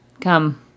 come